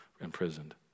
imprisoned